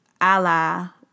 Allah